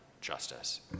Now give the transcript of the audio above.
justice